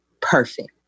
perfect